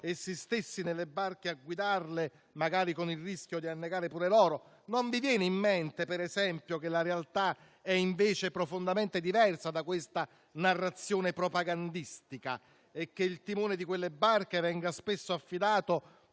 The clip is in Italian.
essi stessi nelle barche, a guidarle, magari con il rischio di annegare pure loro? Non vi viene in mente, ad esempio, che la realtà è invece profondamente diversa da questa narrazione propagandistica e che il timone di quelle barche venga spesso affidato